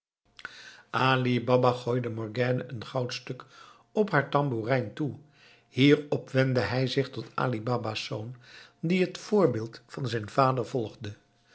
baba gooide morgiane een goudstuk op haar tamboerijn toe hierop wendde zij zich tot ali baba's zoon die het voorbeeld van zijn vader volgde